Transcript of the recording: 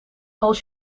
als